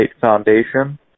foundation